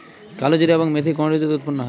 কালোজিরা এবং মেথি কোন ঋতুতে উৎপন্ন হয়?